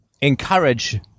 encourage